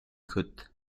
could